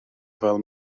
fel